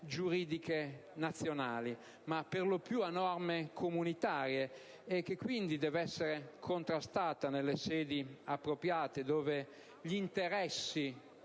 giuridiche nazionali ma per lo più a norme comunitarie, e quindi deve essere contrastata nelle sedi appropriate nelle quali gli interessi